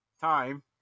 time